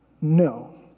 No